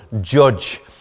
judge